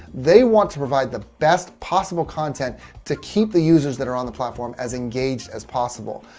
they want to provide the best possible content to keep the users that are on the platform as engaged as possible,